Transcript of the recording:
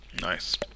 nice